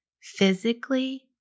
physically